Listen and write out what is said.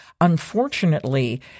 Unfortunately